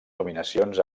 nominacions